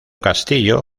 castillo